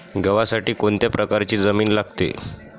गव्हासाठी कोणत्या प्रकारची जमीन लागते?